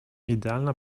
idealna